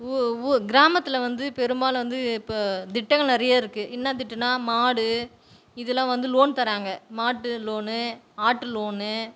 ஊ ஊ கிராமத்தில் வந்து பெரும்பாலும் வந்து இப்போ திட்டங்கள் நிறைய இருக்குது என்ன திட்டன்னால் மாடு இதெல்லாம் வந்து லோன் தராங்க மாட்டு லோனு ஆட்டு லோனு